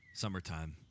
summertime